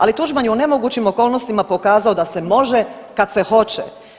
Ali Tuđman je u nemogućim okolnostima pokazao da se može kad se hoće.